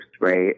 right